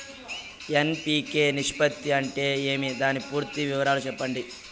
NPK నిష్పత్తి అంటే ఏమి దాని పూర్తి వివరాలు సెప్పండి?